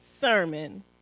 sermon